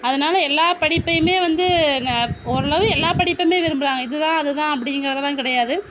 அதனால எல்லா படிப்பையுமே வந்து ஞா ஓரளவு எல்லா படிப்புமே விரும்புகிறாங்க இது தான் அது தான் அப்படிங்கிறதுலாம் கிடையாது